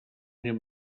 nie